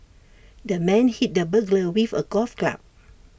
the man hit the burglar with A golf club